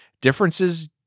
differences